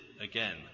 again